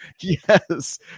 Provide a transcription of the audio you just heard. Yes